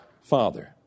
Father